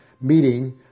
meeting